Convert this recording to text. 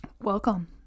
Welcome